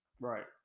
Right